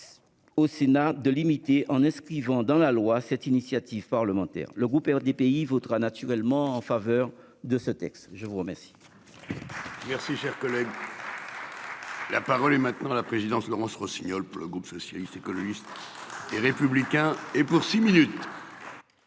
Au Sénat, de limiter en inscrivant dans la loi. Cette initiative parlementaire. Le groupe RDPI votera naturellement en faveur de ce texte. Je vous remercie. Merci cher collègue. La parole est maintenant à la présidence, Laurence Rossignol, pour le groupe socialiste écologiste. Et républicain et pour six minutes.